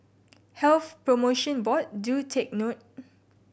Health Promotion Board do take note